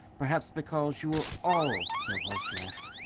perhaps because you were all there was left.